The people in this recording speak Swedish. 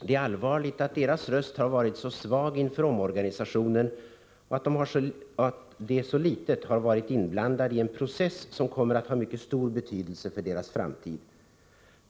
Det är allvarligt att deras röst har varit så svag inför omorganisationen och att de så litet har varit inblandade i en process som kommer att ha mycket stor betydelse för deras framtid.